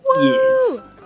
Yes